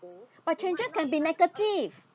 but changes can be negative